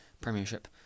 premiership